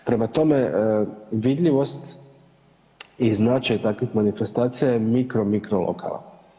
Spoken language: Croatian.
Prema tome, vidljivost i značaj takvih manifestacija je mikro, mikro lokalan.